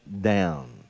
down